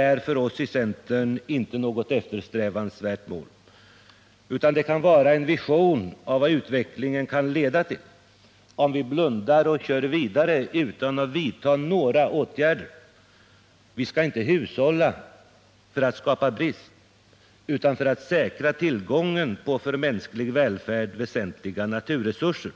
är för oss i centern inte något eftersträvat mål, utan kan vara en vision av vad utvecklingen kan leda till, om vi blundar och kör vidare utan att vidta några åtgärder. Vi skall inte hushålla för att skapa brist utan för att säkra tillgången på för mänsklig välfärd väsentliga naturresuser.